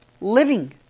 living